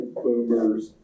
boomers